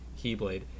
Keyblade